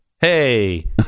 Hey